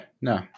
no